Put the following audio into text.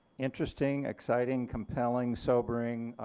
interesting, exciting, compelling, sobering,